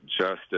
justice